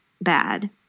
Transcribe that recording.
bad